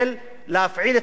להפעיל את הראש,